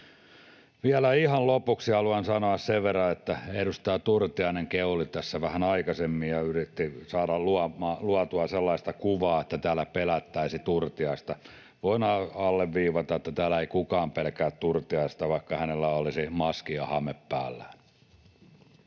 Vielä ihan lopuksi haluan sanoa sen verran, että edustaja Turtiainen keuli tässä vähän aikaisemmin ja yritti saada luotua sellaista kuvaa, että täällä pelättäisiin Turtiaista. Voin alleviivata, että täällä ei kukaan pelkää Turtiaista, vaikka hänellä olisi maski ja hame päällään.